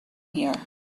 here